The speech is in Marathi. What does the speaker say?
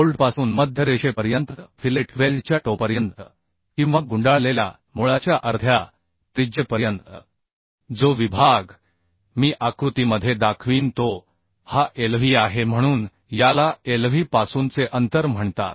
बोल्टपासून मध्य रेषेपर्यंत फिलेट वेल्डच्या टोपर्यंत किंवा गुंडाळलेल्या मुळाच्या अर्ध्या त्रिज्येपर्यंत जो विभाग मी आकृतीमध्ये दाखवीन तो हा lv आहे म्हणून याला lv पासूनचे अंतर म्हणतात